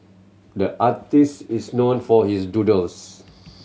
the artist is known for his doodles